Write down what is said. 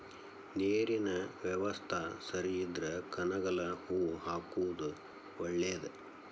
ನೇರಿನ ಯವಸ್ತಾ ಸರಿ ಇದ್ರ ಕನಗಲ ಹೂ ಹಾಕುದ ಒಳೇದ